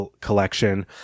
collection